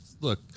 look